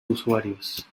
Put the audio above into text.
usuarios